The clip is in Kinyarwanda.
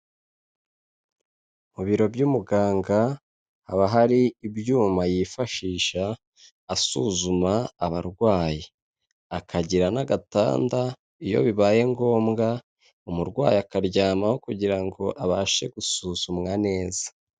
Mu biro by'umuganga haba hari ibyuma yifashisha asuzuma abarwayi, akagira n'agatanda iyo bibaye ngombwa umurwayi akaryamaho kugira ngo abashe gusuzumwa neza.